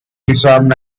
disarmed